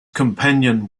companion